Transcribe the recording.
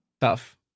Tough